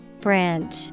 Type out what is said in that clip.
Branch